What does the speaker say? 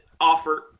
offer